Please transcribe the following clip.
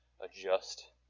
Adjust